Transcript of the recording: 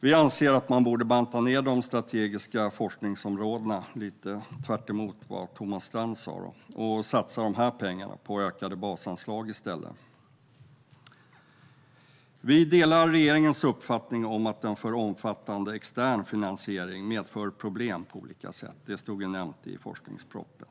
Vi anser att man borde banta ned de strategiska forskningsområdena - tvärtemot vad Thomas Strand sa - och i stället satsa de pengarna på ökade basanslag. Vi delar regeringens uppfattning om att en för omfattande extern finansiering medför problem på olika sätt. Det nämns i forskningspropositionen.